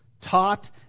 taught